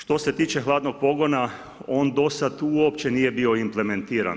Što se tiče hladnog pogona, on dosad uopće nije bio implementiran.